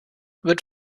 wird